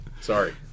Sorry